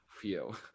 Phew